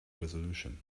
resolution